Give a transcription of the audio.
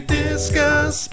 discuss